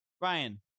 Ryan